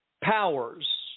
powers